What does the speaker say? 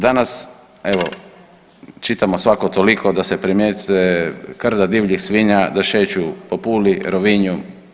Danas evo čitamo svako toliko da se primijete krda divljih svinja da šeću po Puli, Rovinju.